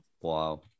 Wow